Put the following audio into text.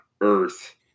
earth